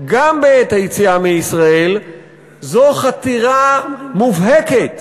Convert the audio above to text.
גם בעת היציאה מישראל הן חתירה מובהקת